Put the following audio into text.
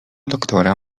doktora